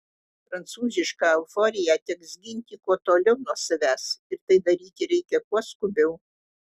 prancūzišką euforiją teks ginti kuo toliau nuo savęs ir tai daryti reikia kuo skubiau